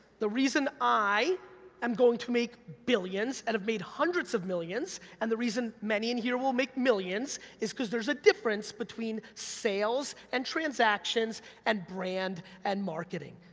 the reason i am going to make billions and have made hundreds of millions and the reason many in here will make millions is cause there's a difference between sales and transactions and brand and marketing.